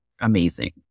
amazing